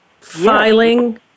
filing